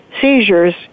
seizures